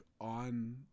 on